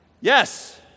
Yes